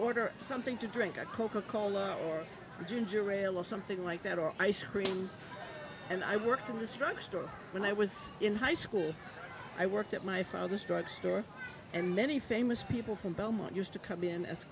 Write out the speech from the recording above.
order something to drink a coca cola or ginger ale or something like that or ice cream and i worked in the struck store when i was in high school i worked at my father's drug store and many famous people from belmont used to come in as